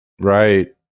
right